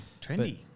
trendy